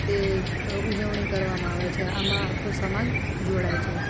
તે ઉજવણી કરવામાં આવે છે આમાં આખો સમાજ જોડાય છે